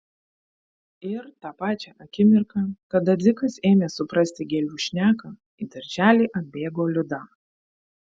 ir tą pačią akimirką kada dzikas ėmė suprasti gėlių šneką į darželį atbėgo liuda